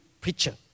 preacher